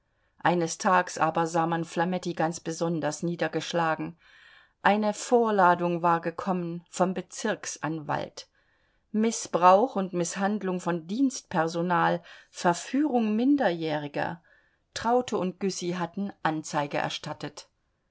eines tags aber sah man flametti ganz besonder niedergeschlagen eine vorladung war gekommen vom bezirksanwalt mißbrauch und mißhandlung von dienstpersonal verführung minderjähriger traute und güssy hatten anzeige erstattet